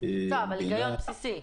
היגיון בסיסי.